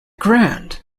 grand